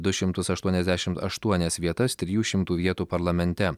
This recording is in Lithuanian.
du šimtus aštuoniasdešim aštuonias vietas trijų šimtų vietų parlamente